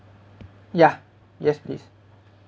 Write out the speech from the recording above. ya yes yes